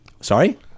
Sorry